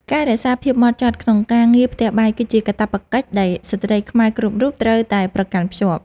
ការរក្សាភាពហ្មត់ចត់ក្នុងការងារផ្ទះបាយ គឺជាកាតព្វកិច្ចដែលស្ត្រីខ្មែរគ្រប់រូបត្រូវតែប្រកាន់ខ្ជាប់។